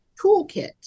toolkit